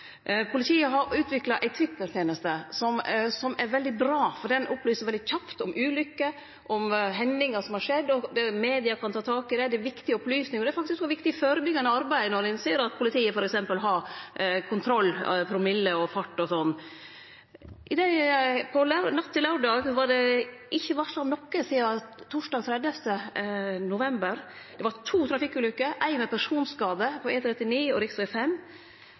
Politiet har utvikla ei Twitter-tenest som er veldig bra, for ho opplyser veldig kjapt om ulykker og om hendingar som har skjedd. Media kan ta tak i det, det er viktige opplysningar, og det er viktig førebyggjande arbeid når ein ser at politiet f.eks. har promillekontroll og fartskontroll. Natt til laurdag var det ikkje varsla om noko sidan torsdag 30. november. Det var to trafikkulukker, éi med personskade, på E39 og